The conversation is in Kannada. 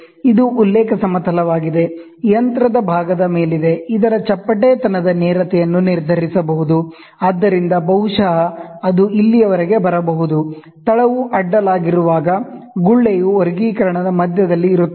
ಇದು ಉಲ್ಲೇಖ ಸಮತಲವಾಗಿದೆ ಯಂತ್ರದ ಭಾಗದ ಮೇಲಿದೆ ಇದರ ಚಪ್ಪಟೆತನದ ನೇರತೆಯನ್ನು ನಿರ್ಧರಿಸಬಹುದು ಆದ್ದರಿಂದ ಬಹುಶಃ ಅದು ಇಲ್ಲಿಯವರೆಗೆ ಬರಬಹುದು ಬೇಸ್ ಅಡ್ಡಲಾಗಿರುವಾಗ ಬಬಲ್ ವು ವರ್ಗೀಕರಣದ ಮಧ್ಯದಲ್ಲಿ ಇರುತ್ತದೆ